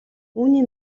үүний